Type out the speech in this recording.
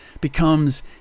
becomes